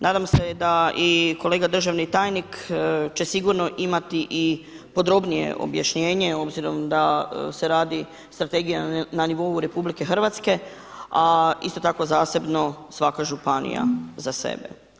Nadam se da i kolega državni tajnik će sigurno imati i podrobnije objašnjenje obzirom da se radi strategija na nivou RH a isto tako zasebno svaka županija za sebe.